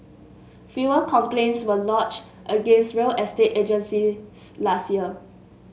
fewer complaints were lodged against real estate agencies last year